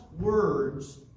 words